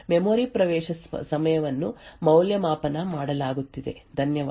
memory ಪ್ರವೇಶ ಸಮಯವನ್ನು ಮೌಲ್ಯಮಾಪನ ಮಾಡಲಾಗುತ್ತಿದೆ ಧನ್ಯವಾದಗಳು